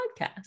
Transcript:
Podcast